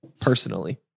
personally